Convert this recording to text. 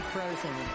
Frozen